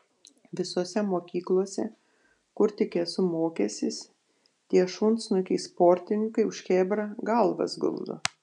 visose mokyklose kur tik esu mokęsis tie šunsnukiai sportininkai už chebrą galvas guldo